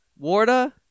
Warda